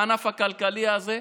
בענף הכלכלי הזה,